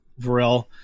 Varel